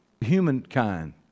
Humankind